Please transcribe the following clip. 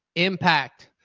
impact.